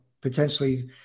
potentially